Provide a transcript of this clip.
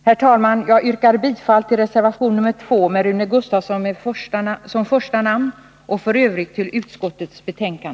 Herr talman! Jag yrkar bifall till reservation 2 med Rune Gustavsson som första namn och för övrigt bifall till utskottets hemställan.